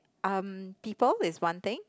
um people is one thing